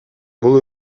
бул